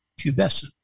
pubescent